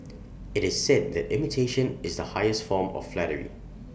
IT is said that imitation is the highest form of flattery